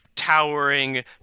towering